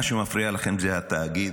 מה שמפריע לכם זה התאגיד?